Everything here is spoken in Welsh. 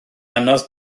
anodd